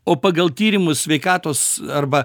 o pagal tyrimus sveikatos arba